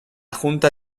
junta